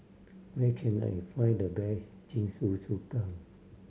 where can I find the best Jingisukan